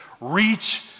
reach